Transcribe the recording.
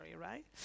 right